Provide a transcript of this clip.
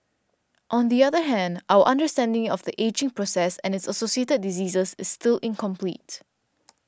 on the other hand our understanding of the ageing process and its associated diseases is still incomplete